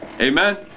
Amen